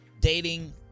dating